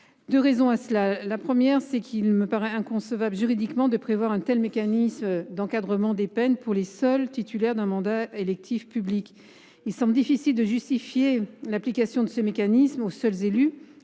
public. En premier lieu, il paraît inconcevable juridiquement d’instaurer un tel mécanisme d’encadrement des peines pour les seuls titulaires d’un mandat électif public. Il semble difficile de justifier l’application de ce mécanisme aux seuls élus,